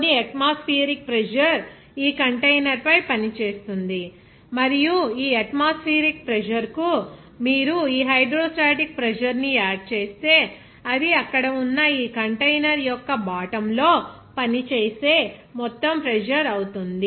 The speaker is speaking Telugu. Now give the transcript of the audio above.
కొన్ని అట్మోస్ఫియెరిక్ ప్రెజర్ ఈ కంటైనర్పై పనిచేస్తుంది మరియు ఈ అట్మాస్ఫియరిక్ ప్రెజర్ కు మీరు ఈ హైడ్రోస్టాటిక్ ప్రెజర్ ని యాడ్ చేస్తే అది అక్కడ ఉన్న ఈ కంటైనర్ యొక్క బాటమ్ లో పనిచేసే మొత్తం ప్రెజర్ అవుతుంది